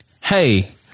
hey